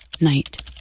night